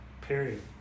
period